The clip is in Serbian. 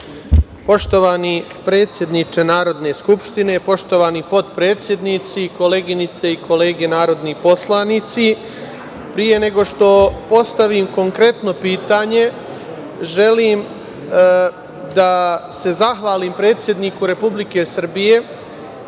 Poštovani predsedniče Narodne skupštine, poštovani potpredsednici, koleginice i kolege narodni poslanici, pre nego što postavim konkretno pitanje, želim da se zahvalim predsedniku Republike Srbije,